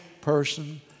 person